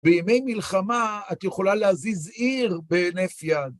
בימי מלחמה את יכולה להזיז עיר בהינף יד.